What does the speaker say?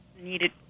needed